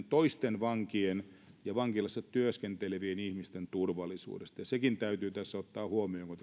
toisten vankien ja vankilassa työskentelevien ihmisten turvallisuudesta sekin täytyy tässä ottaa huomioon kun